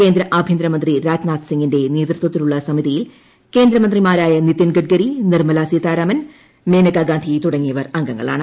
കേന്ദ്ര ആഭ്യന്തരമന്ത്രി രാജ്നാഥ് സിംഗിന്റെ നേതൃത്വത്തിലുള്ള സമിതിയിൽ കേന്ദ്രമന്ത്രിമാരായ നിതിൻ ഗഡ്കരി നിർമ്മലാ സീതാരാമൻ മേനകാ ഗാന്ധി തുടങ്ങിയവർ അംഗങ്ങളാണ്